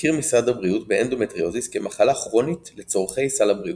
מכיר משרד הבריאות באנדומטריוזיס כמחלה כרונית לצורכי סל הבריאות.